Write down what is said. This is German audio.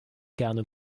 gerne